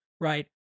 Right